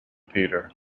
peter